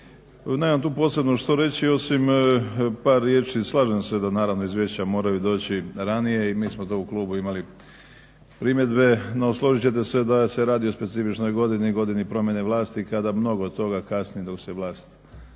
Nemam tu posebno što reći osim par riječi, slažem se da naravno izvješća moraju doći ranije i mi smo to u klubu imali primjedbe. No složit ćete se da se radi o specifičnoj godini, godini promjene vlasti kada mnogo toga kasni dok se vlast